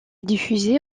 diffusée